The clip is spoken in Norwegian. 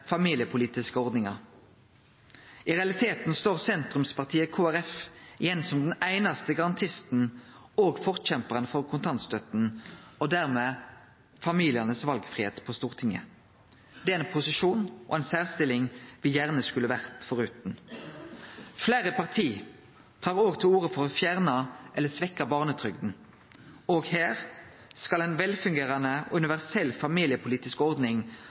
familiepolitiske ordningar. I realiteten står sentrumspartiet Kristeleg Folkeparti igjen som den einaste garantisten og forkjemparen for kontantstøtta og dermed familianes valfridom på Stortinget. Det er ein posisjon og ei særstilling me gjerne skulle vore forutan. Fleire parti tar òg til orde for å fjerne eller svekkje barnetrygda. Òg her skal ei velfungerande og universell familiepolitisk ordning